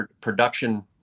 production